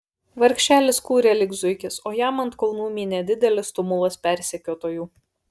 vargšelis kūrė lyg zuikis o jam ant kulnų mynė didelis tumulas persekiotojų